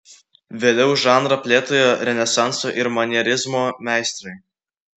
vėliau žanrą plėtojo renesanso ir manierizmo meistrai